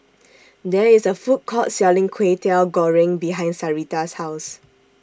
There IS A Food Court Selling Kway Teow Goreng behind Sarita's House